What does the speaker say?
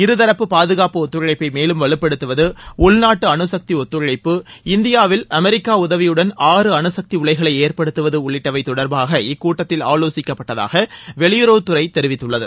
இருதரப்பு பாதுகாப்பு ஒத்துழைப்பை மேலும் வலுப்படுத்துவது உள்நாட்டு அனுசக்தி ஒத்துழைப்பு இந்தியாவில் அமெரிக்கா உதவியுடன் ஆறு அணுக்தி உலைகளை ஏற்படுத்துவது உள்ளிட்டவை தொடர்பாக இக்கூட்டத்தில் ஆலோசிக்கப்பட்டதாக வெளியுறவுத்துறை தெரிவித்துள்ளது